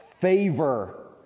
favor